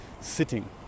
sitting